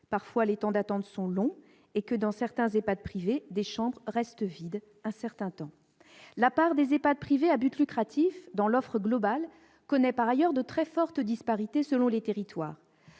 que les temps d'attente sont parfois longs et que, dans certains EHPAD privés, des chambres restent vides pendant un certain temps. La part des EHPAD privés à but lucratif dans l'offre globale connaît par ailleurs de très fortes disparités selon les territoires.